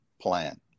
plan